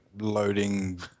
loading